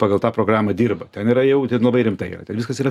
pagal tą programą dirba ten yra jau ten yra labai rimtai viskas yra